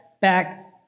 back